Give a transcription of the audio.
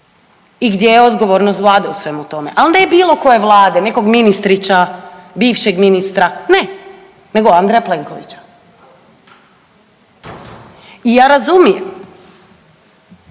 i gdje je odgovornost Vlade u svemu tome. Ali ne bilo koje Vlade, nekog ministriča bivšeg ministra. Ne, nego Andreja Plenkovića. I ja razumijem